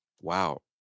Wow